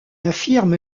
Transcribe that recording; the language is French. affirme